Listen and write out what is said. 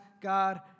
God